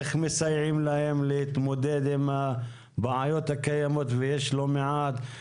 איך מסייעים להם להתמודד עם הבעיות הקימות ויש לא מעט,